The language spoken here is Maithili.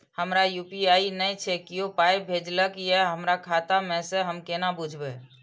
हमरा यू.पी.आई नय छै कियो पाय भेजलक यै हमरा खाता मे से हम केना बुझबै?